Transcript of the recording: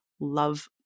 love